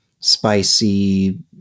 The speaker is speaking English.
spicy